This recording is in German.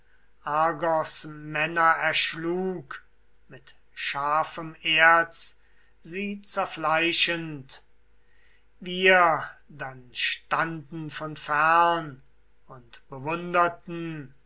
argos männer erschlug mit scharfem erz sie zerfleischend wir dann standen von fern und bewunderten